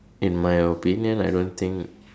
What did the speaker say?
in my opinion I don't think